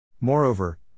Moreover